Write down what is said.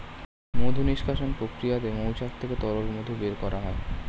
মধু নিষ্কাশণ প্রক্রিয়াতে মৌচাক থেকে তরল মধু বের করা হয়